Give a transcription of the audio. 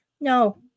no